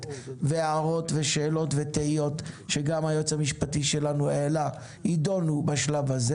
והערות ושאלות ותהיות שגם היועץ המשפטי שלנו העלה יידונו בשלב הזה